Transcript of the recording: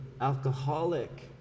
alcoholic